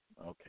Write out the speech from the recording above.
Okay